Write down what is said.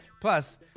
Plus